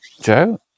Joe